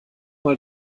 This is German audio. mal